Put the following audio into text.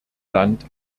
land